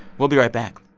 we'll be right back